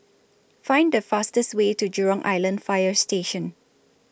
Find The fastest Way to Jurong Island Fire Station